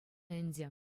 ӗнтӗ